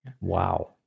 Wow